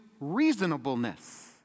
reasonableness